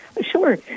Sure